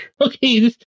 Okay